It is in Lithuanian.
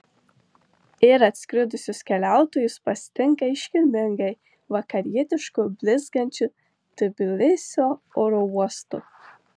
ir atskridusius keliautojus pasitinka iškilmingai vakarietišku blizgančiu tbilisio oro uostu